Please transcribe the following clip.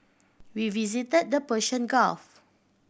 we visited the Persian Gulf